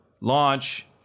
Launch